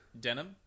Denim